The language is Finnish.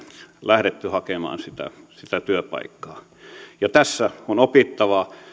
lähdetty hakemaan sitä sitä työpaikkaa ja tässä on opittavaa